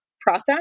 process